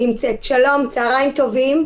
שלום וצוהריים טובים.